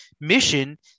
Mission